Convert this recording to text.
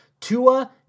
Tua